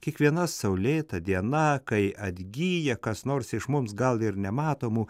kiekviena saulėta diena kai atgyja kas nors iš mums gal ir nematomų